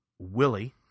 Willie